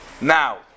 Now